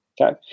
Okay